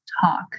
talk